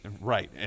Right